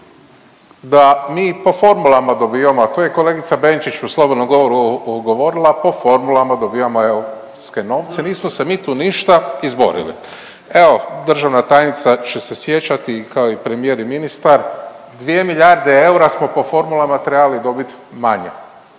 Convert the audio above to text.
da mi po formulama dobivamo, a to je i kolegica Benčić u slobodnom govoru govorila, po formulama dobivamo europske novce, nismo se mi tu ništa izborili. Evo državna tajnica će se sjećati, kao i premijer i ministar, 2 milijarde eura smo po formulama trebali dobit manje